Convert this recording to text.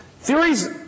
theories